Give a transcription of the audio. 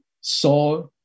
saw